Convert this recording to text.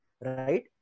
right